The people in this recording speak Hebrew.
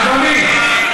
אדוני,